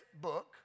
book